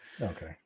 Okay